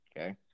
okay